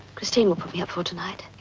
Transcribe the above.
christine will put me up for tonight.